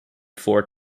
four